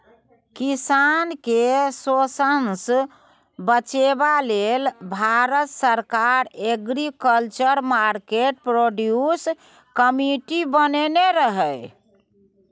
किसान केँ शोषणसँ बचेबा लेल भारत सरकार एग्रीकल्चर मार्केट प्रोड्यूस कमिटी बनेने रहय